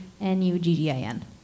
N-U-G-G-I-N